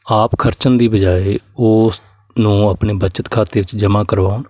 ਆਪ ਖਰਚਣ ਦੀ ਬਜਾਏ ਉਸ ਨੂੰ ਆਪਣੇ ਬਚਤ ਖਾਤੇ ਵਿੱਚ ਜਮ੍ਹਾਂ ਕਰਵਾਉਣ